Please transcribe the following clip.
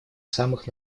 самых